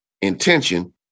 intention